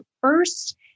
first